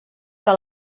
que